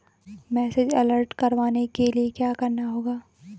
Message alert करवाने के लिए क्या करना होगा?